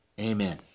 Amen